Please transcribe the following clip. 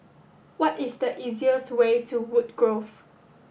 what is the easiest way to Woodgrove